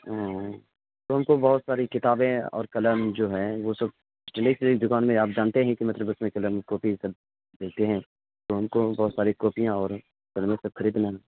او تو ہم کو بہت ساری کتابیں اور قلم جو ہے وہ سب اٹلیسری کی دکان میں آپ جانتے ہیں کہ مطلب اس میں قلم کاپی یہ سب ملتے ہیں تو ہم کو ہم کو وہ ساری کاپیاں اور قلم سب خریدنا ہے